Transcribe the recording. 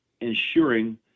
ensuring